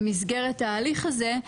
במסגרת ההליך הזה.